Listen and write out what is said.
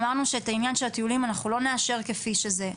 אמרנו שאת העניין של הטיולים אנחנו לא נאשר כפי שזה.